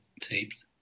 taped